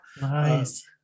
nice